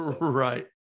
Right